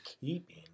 keeping